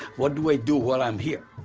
what do i do while i'm here.